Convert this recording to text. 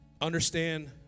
Understand